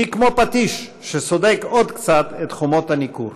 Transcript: כמו פטיש שסודק עוד קצת את חומות הניכור.